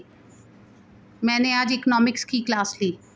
मैंने आज इकोनॉमिक्स की क्लास ली